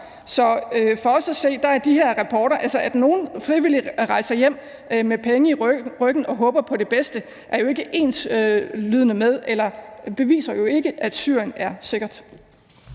som spioner, som forrædere. Så at nogle frivilligt rejser hjem med penge i ryggen og håber på det bedste, er jo ikke ensbetydende med eller beviser, at det er sikkert